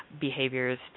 behaviors